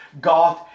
God